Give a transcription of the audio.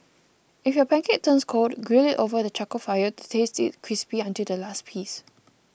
if your pancake turns cold grill it over the charcoal fire to taste it crispy until the last piece